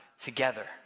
together